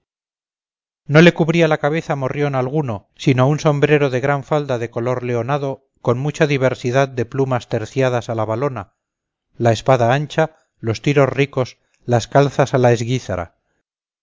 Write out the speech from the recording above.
no le cubría la cabeza morrión alguno sino un sombrero de gran falda de color leonado con mucha diversidad de plumas terciadas a la valona la espada ancha los tiros ricos las calzas a la esguízara